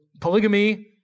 polygamy